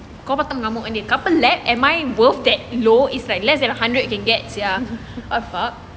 kau patut mengamuk kat dia couple lab am I worth that low it's like less than hundred can get sia what the fuck